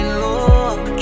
look